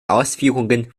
ausführungen